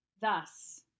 Thus